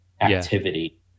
activity